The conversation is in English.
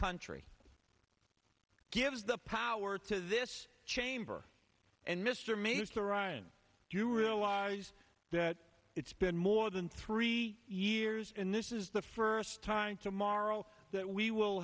country gives the power to this chamber and mr mayor saran do you realize that it's been more than three years and this is the first time tomorrow that we will